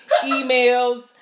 Emails